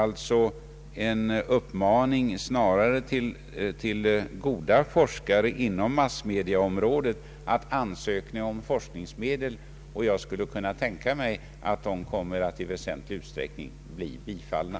Detta är alltså snarare en uppmaning till goda forskare inom massmediaområdet att ansöka om forskningsmedel, och jag skulle kunna tänka mig att dessa ansökningar i väsentlig utsträckning kommer att bli bifallna.